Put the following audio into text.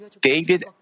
David